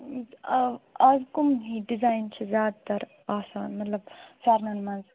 آز کُم ہی ڈِزایِن چھِ زیادٕ تر آسان مطلب فرٮ۪نن منٛز